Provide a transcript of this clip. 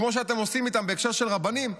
כמו שאתם עושים איתם בהקשר של רבנים?